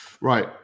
Right